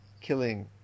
killing